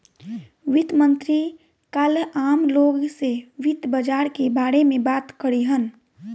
वित्त मंत्री काल्ह आम लोग से वित्त बाजार के बारे में बात करिहन